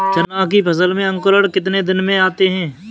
चना की फसल में अंकुरण कितने दिन में आते हैं?